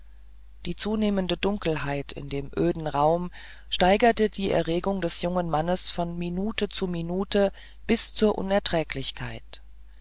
die zunehmende dunkelheit in dem öden raum steigerte die erregung des jungen mannes von minute zu minute bis zur unerträglichkeit